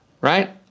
right